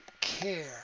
care